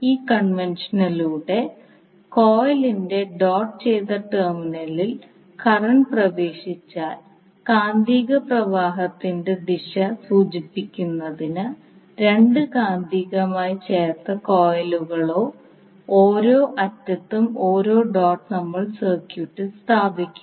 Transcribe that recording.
ഈ കൺവെൻഷനിലൂടെ കോയിലിന്റെ ഡോട്ട് ചെയ്ത ടെർമിനലിൽ കറന്റ് പ്രവേശിച്ചാൽ കാന്തിക പ്രവാഹത്തിന്റെ ദിശ സൂചിപ്പിക്കുന്നതിന് 2 കാന്തികമായി ചേർത്ത കോയിലുകളുടെ ഓരോ അറ്റത്തും ഒരു ഡോട്ട് നമ്മൾ സർക്യൂട്ടിൽ സ്ഥാപിക്കുന്നു